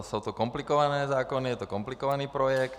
Jsou to komplikované zákony, je to komplikovaný projekt.